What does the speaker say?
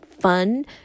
fun